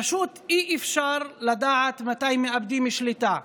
פשוט אי-אפשר לדעת מתי מאבדים שליטה,